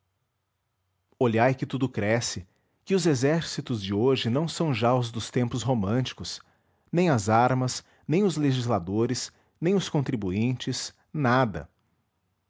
olhai que tudo cresce que os exércitos de hoje não são já os dos tempos românticos nem as armas nem os legisladores nem os contribuintes nada